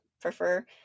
prefer